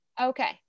Okay